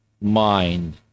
mind